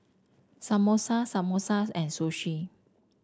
Samosa Samosa and Sushi